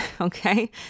Okay